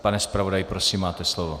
Pane zpravodaji, prosím, máte slovo.